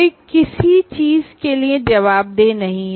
कोई किसी चीज के लिए जवाबदेह नहीं है